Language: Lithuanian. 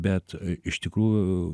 bet iš tikrųjų